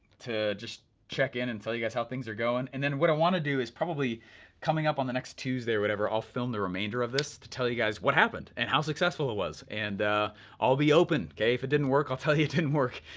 to just check in and tell you guys how things are going. and then what i wanna do is probably coming up on the next tuesday or whatever, i'll film the remainder of this to tell you guys what happened, and how successful it was. and i'll be open, kay, if it didn't work, i'll tell ya it didn't work.